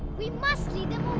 we must lead them